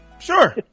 Sure